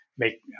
make